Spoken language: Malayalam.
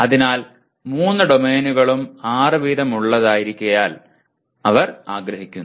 അതിനാൽ മൂന്ന് ഡൊമെയ്നുകളും ആറ് വീതമുള്ളതായിരിക്കാൻ അവർ ആഗ്രഹിക്കുന്നു